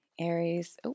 Aries